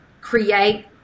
create